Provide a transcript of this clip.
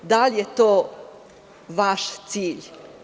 Da li je to vaš cilj?